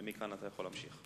ומכאן אתה יכול להמשיך.